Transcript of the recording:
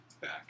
back